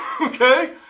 Okay